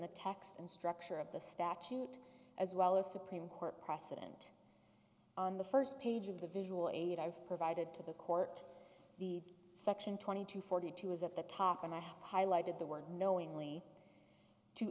the text and structure of the statute as well as supreme court precedent on the first page of the visual aid i've provided to the court the section twenty two forty two is at the top and i have highlighted the word knowingly to